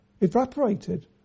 evaporated